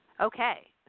okay